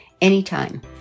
anytime